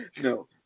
No